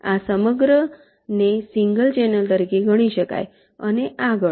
આ સમગ્રને single channel તરીકે ગણી શકાય અને આગળ